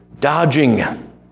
Dodging